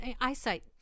eyesight